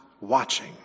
watching